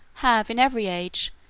have, in every age,